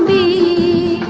e